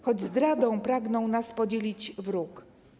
Choć zdradą pragnął nas podzielić wróg.